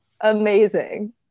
amazing